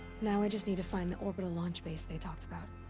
now i just need to find the orbital launch base they talked about.